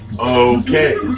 Okay